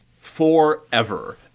forever